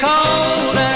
Cold